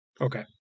okay